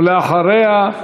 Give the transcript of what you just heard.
ואחריה,